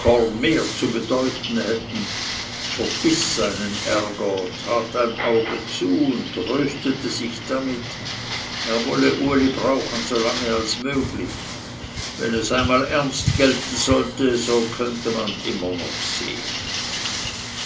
mehr zu bedeuten hätten verbiß seinen ärger tat ein auge zu und tröstete sich damit er wolle uli brauchen so lange als möglich wenn es einmal ernst gelten sollte so könnte man immer noch sehen